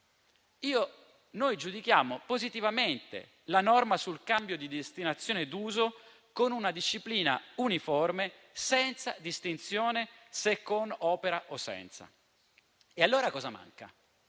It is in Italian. noi giudichiamo positivamente la norma sul cambio di destinazione d'uso con una disciplina uniforme, senza distinzione, se con opera o senza. E allora cosa manca?